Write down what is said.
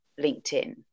LinkedIn